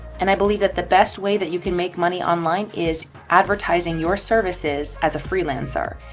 and i believe that the best way that you can make money online is advertising your services. as a freelancer,